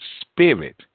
Spirit